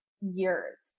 years